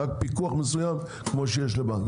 רק פיקוח מסוים כמו שיש לבנק.